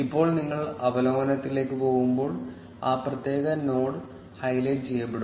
ഇപ്പോൾ നിങ്ങൾ അവലോകനത്തിലേക്ക് പോകുമ്പോൾ ആ പ്രത്യേക നോഡ് ഹൈലൈറ്റ് ചെയ്യപ്പെടും